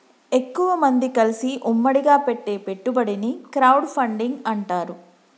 ఎక్కువమంది కలిసి ఉమ్మడిగా పెట్టే పెట్టుబడిని క్రౌడ్ ఫండింగ్ అంటారు